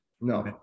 No